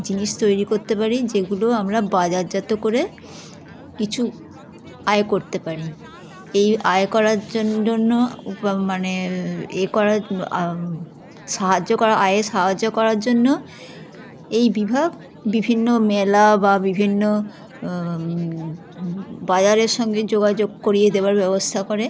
জিনিস তৈরি করতে পারি যেগুলো আমরা বাজারজাত করে কিছু আয় করতে পারি এই আয় করার জন জন্য উপ মানে এ করা সাহায্য করা আয়ে সাহায্য করার জন্য এই বিভাগ বিভিন্ন মেলা বা বিভিন্ন বাজারের সঙ্গে যোগাযোগ করিয়ে দেওয়ার ব্যবস্থা করে